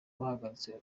bahagaritse